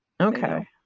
Okay